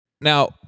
Now